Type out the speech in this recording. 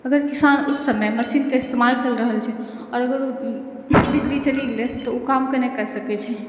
अगर किसान उस समय मशीनके इस्तेमाल कर रहल छै आओर ओ बिजली चलि गेलै तऽ ओ कामके नहि कर सकै छै